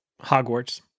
Hogwarts